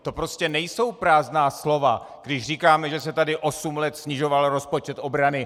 To prostě nejsou prázdná slova, když říkáme, že se tady osm let snižoval rozpočet obrany.